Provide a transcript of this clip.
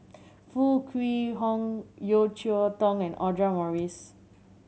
Foo Kwee Horng Yeo Cheow Tong and Audra Morrice